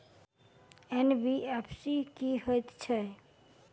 NBFC की हएत छै?